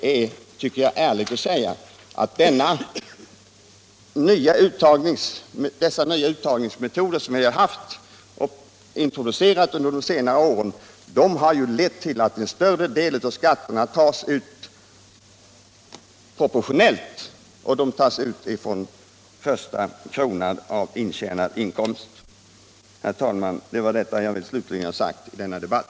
Jag tycker emellertid att det är ärligt att säga att de nya uttagsmetoder som introducerats under de senare åren har lett till att en större del av skatterna tas ut proportionellt, och att de tas ut från första kronan av intjänad inkomst. Herr talman! Det var detta jag slutligen ville ha sagt i denna debatt.